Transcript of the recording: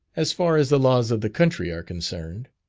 as far as the laws of the country are concerned.